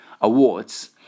awards